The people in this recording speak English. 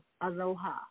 aloha